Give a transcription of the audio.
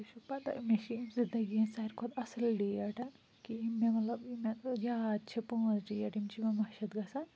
توٚہہِ چھُو پَتہٕ مےٚ چھُ اَمہِ زِنٛدَگی ہٕنٛدۍ سارِوٕے کھتہٕ اَصٕل ڈیٹہٕ کہِ یِم مےٚ مَطلَب یِم مےٚ یاد چھِ پٲنٛژ ڈیٹ یِم چھِ نہٕ مےٚ مٔشِتھ گَژھان